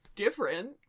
different